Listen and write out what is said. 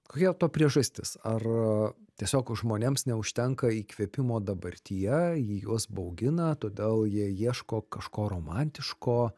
kokia to priežastis ar tiesiog žmonėms neužtenka įkvėpimo dabartyje ji juos baugina todėl jie ieško kažko romantiško